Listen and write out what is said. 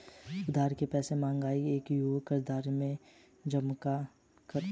उधार के पैसे मांगने आये एक युवक को कर्जदार ने जमकर पीटा